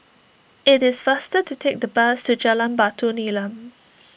it is faster to take the bus to Jalan Batu Nilam